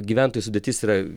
gyventojų sudėtis yra